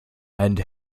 and